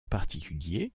particulier